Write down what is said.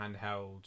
handheld